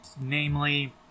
namely